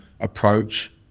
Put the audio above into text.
approach